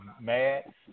mad